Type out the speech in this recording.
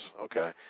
okay